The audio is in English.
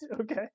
Okay